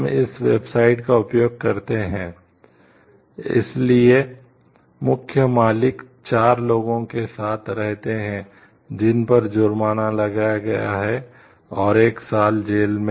इसलिए मुख्य मालिक चार लोगों के साथ रहते हैं जिन पर जुर्माना लगाया गया है और एक साल जेल में है